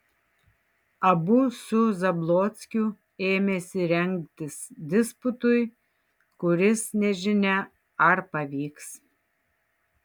abu su zablockiu ėmėsi rengtis disputui kuris nežinia ar pavyks